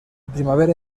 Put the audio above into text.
primavera